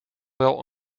wel